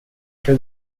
for